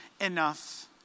enough